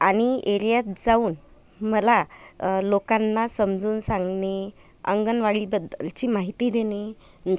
आणि एरियात जाऊन मला लोकांना समजून सांगणे अंगणवाडीबद्दलची माहिती देणे